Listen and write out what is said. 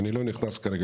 אני לא נכנס כרגע,